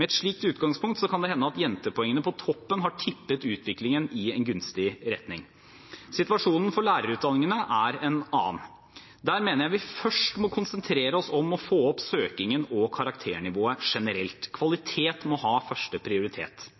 Med et slikt utgangspunkt kan det hende at jentepoengene på toppen har tippet utviklingen i en gunstig retning. Situasjonen for lærerutdanningene er en annen. Der mener jeg vi først må konsentrere oss om å få opp søkningen og karakternivået generelt. Kvalitet må ha første prioritet.